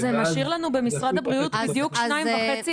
זה משאיר לנו במשרד הבריאות בדיוק שני אנשים וחצי,